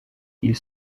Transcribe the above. ils